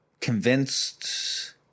convinced